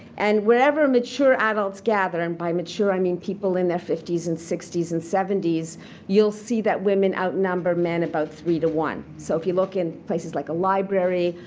and wherever mature adults gather and by mature, i mean people in their fifty s and sixty s and seventy s you'll see that women outnumber men about three to one. so if you look in places like a library,